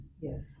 Yes